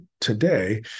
today